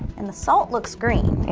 and the salt looks green.